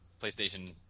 PlayStation